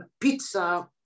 Pizza